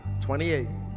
28